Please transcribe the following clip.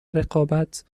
رقابت